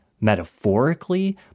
metaphorically